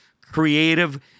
creative